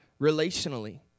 relationally